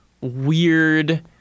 weird